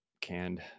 canned